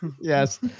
Yes